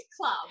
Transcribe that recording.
club